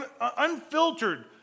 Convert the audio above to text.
unfiltered